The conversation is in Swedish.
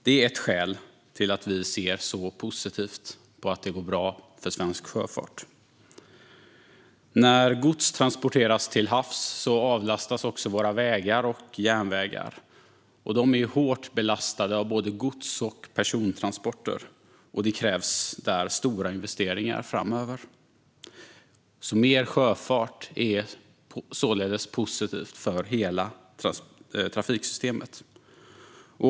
Det är ett skäl till att vi ser så positivt på att det går bra för svensk sjöfart. När gods transporteras till havs avlastas också våra vägar och järnvägar, som är hårt belastade av både gods och persontransporter. Där krävs stora investeringar framöver. Mer sjöfart är således positivt för hela trafiksystemet.